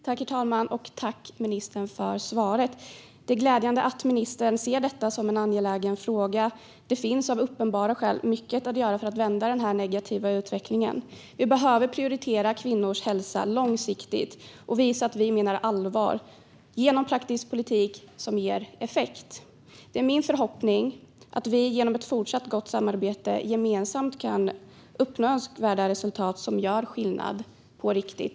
Herr talman! Tack för svaret, ministern! Det är glädjande att ministern ser detta som en angelägen fråga. Det finns av uppenbara skäl mycket att göra för att vända den negativa utvecklingen. Vi behöver prioritera kvinnors hälsa långsiktigt och visa att vi menar allvar, genom praktisk politik som ger effekt. Det är min förhoppning att vi genom ett fortsatt gott samarbete gemensamt ska kunna uppnå önskvärda resultat som gör skillnad på riktigt.